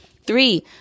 Three